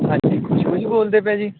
ਹਾਂਜੀ ਖੁਸ਼ਬੂ ਜੀ ਬੋਲਦੇ ਪਏ ਜੀ